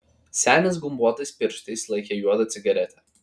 senis gumbuotais pirštais laikė juodą cigaretę